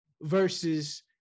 versus